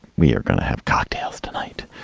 we are gonna have cocktails tonight.